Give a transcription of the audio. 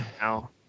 now